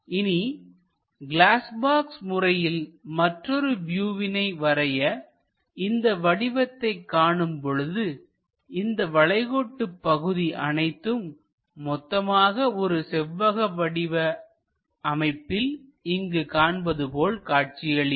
இனி glass box முறையில் மற்றொரு வியூவினை வரைய இந்த வடிவத்தை காணும் பொழுது இந்த வளைகோட்டு பகுதி அனைத்தும் மொத்தமாக ஒரு செவ்வக வடிவ அமைப்பில் இங்கு காண்பது போல காட்சியளிக்கும்